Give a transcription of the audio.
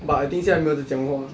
but I think 现在没有得讲话